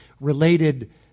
related